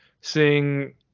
seeing